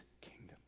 kingdom